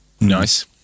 nice